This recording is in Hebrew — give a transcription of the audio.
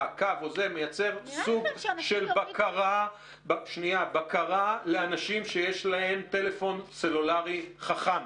מייצר סוג של בקרה לאנשים שיש להם טלפון סלולרי חכם.